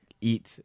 eat